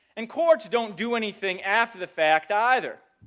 and courts don't do anything after the fact either,